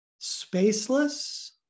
spaceless